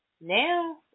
now